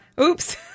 Oops